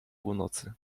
północy